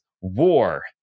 war